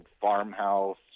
farmhouse